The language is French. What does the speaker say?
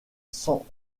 san